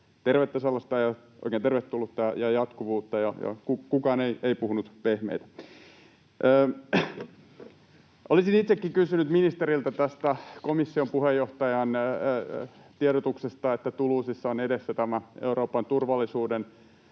tervetullutta, ja jatkuvuutta — ja kukaan ei puhunut pehmeitä. Olisin itsekin kysynyt ministeriltä tästä komission puheenjohtajan tiedotuksesta, kun Toulousessa on edessä tämä Euroopan turvallisuuden